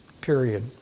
period